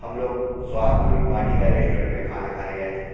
हम लोग सोहागपुर वाटिका रेस्टोरेंट में खाना खाने गए थे